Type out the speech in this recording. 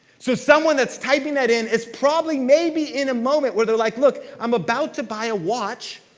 so someone that's typing that in is probably, maybe in a moment where they're like, look i'm about to buy a watch.